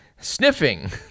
sniffing